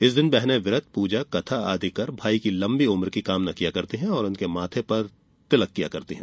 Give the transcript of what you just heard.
इस दिन बहने व्रत पूजा कथा आदि कर भाई की लंबी उम्र की कामना करती हैं और उनके माथे पर टिका लगाती हैं